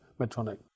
Medtronic